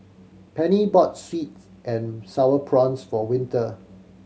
Pennie bought sweet and Sour Prawns for Winter